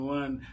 one